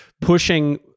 pushing